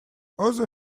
other